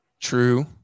True